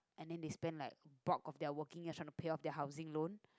and then they spend like a bulk of their working and trying to pay off their housing loan